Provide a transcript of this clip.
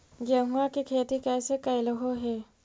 गेहूआ के खेती कैसे कैलहो हे?